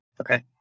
Okay